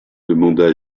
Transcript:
demanda